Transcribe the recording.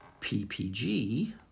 PPG